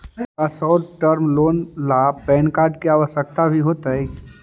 का short term loan ला PAN card की आवश्यकता भी होतइ